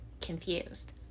confused